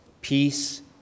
peace